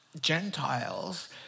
Gentiles